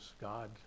God